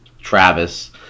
Travis